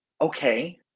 okay